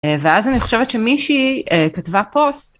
ואז אני חושבת שמישהי כתבה פוסט,